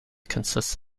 consists